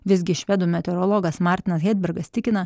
visgi švedų meteorologas martinas hedbergas tikina